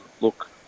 Look